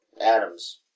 Adams